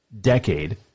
decade